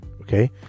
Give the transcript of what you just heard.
okay